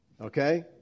Okay